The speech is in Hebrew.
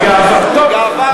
בגאווה, בגאווה רבה.